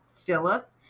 philip